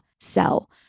sell